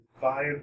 five